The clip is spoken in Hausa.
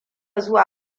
zuwa